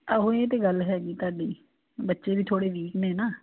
ਆਹੋ ਇਹ ਤਾਂ ਗੱਲ ਹੈਗੀ ਤੁਹਾਡੀ ਬੱਚੇ ਵੀ ਥੋੜ੍ਹੇ ਵੀਕ ਨੇ ਨਾ